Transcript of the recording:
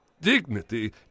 Dignity